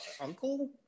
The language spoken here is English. Uncle